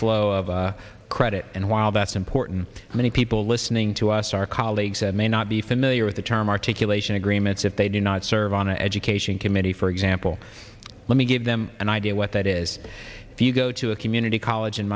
flow of credit and while that's important to many people listening to us our colleagues may not be familiar with the term articulation agreements if they do not serve on the education committee for example let me give them an idea what that is if you go to a community college in